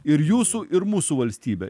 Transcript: ir jūsų ir mūsų valstybė